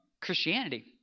Christianity